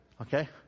Okay